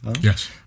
Yes